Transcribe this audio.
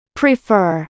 prefer